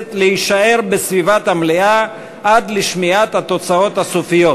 הכנסת להישאר בסביבת המליאה עד לשמיעת התוצאות הסופיות.